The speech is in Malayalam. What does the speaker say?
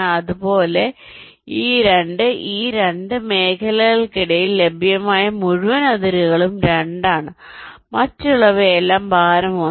അതുപോലെ ഈ 2 ഈ 2 മേഖലകൾക്കിടയിൽ ലഭ്യമായ മുഴുവൻ അതിരുകളും 2 ആണ് മറ്റുള്ളവയെല്ലാം ഭാരം 1